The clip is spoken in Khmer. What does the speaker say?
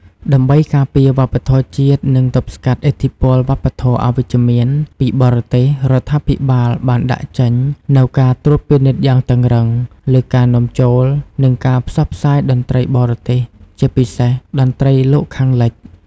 ដើម្បីការពារវប្បធម៌ជាតិ និងទប់ស្កាត់ឥទ្ធិពលវប្បធម៌ "អវិជ្ជមាន" ពីបរទេស រដ្ឋាភិបាលបានដាក់ចេញនូវ ការត្រួតពិនិត្យយ៉ាងតឹងរ៉ឹង លើការនាំចូល និងការផ្សព្វផ្សាយតន្ត្រីបរទេស ជាពិសេសតន្ត្រីលោកខាងលិច។